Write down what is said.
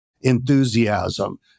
enthusiasm